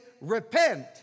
repent